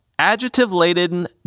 adjective-laden